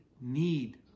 need